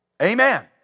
Amen